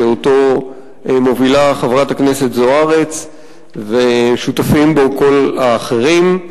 שאותו מובילה חברת הכנסת זוארץ ושותפים בו כל האחרים,